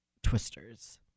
Twisters